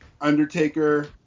Undertaker